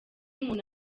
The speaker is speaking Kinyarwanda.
umuntu